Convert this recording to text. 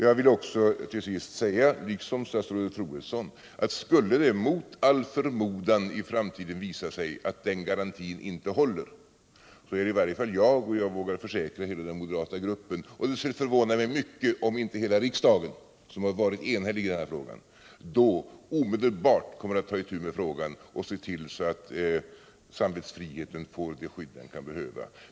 Jag vill till sist säga liksom statsrådet Troedsson att skulle det mot all förmodan i framtiden visa sig att den garantin inte håller så kommer i varje fall jag, och jag vågar försäkra hela den moderata gruppen -— ja, det skulle förvåna mig mycket om inte hela riksdagen gjorde det när den har varit enhällig i denna fråga — omedelbart att ta itu med saken och se till att samvetsfriden får det skydd den kan behöva.